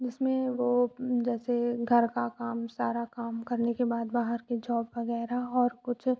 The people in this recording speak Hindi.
उसमें वो जैसे घर का काम सारा काम करने के बाद बाहर की जॉब वग़ैरह और कुछ